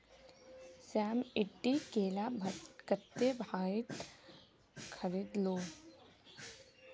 श्याम ईटी केला कत्ते भाउत खरीद लो